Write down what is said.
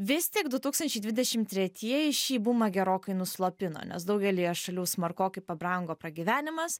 vis tik du tūkstančiai dvidešim tretieji šį bumą gerokai nuslopino nes daugelyje šalių smarkokai pabrango pragyvenimas